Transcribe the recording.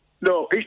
No